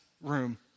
room